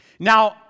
Now